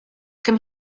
come